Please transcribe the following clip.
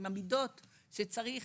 עם המידות שצריך.